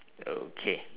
okay